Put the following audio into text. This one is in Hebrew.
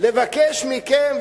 לבקש מכם,